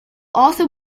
also